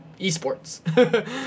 esports